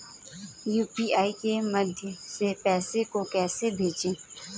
UPI के माध्यम से पैसे को कैसे भेजें?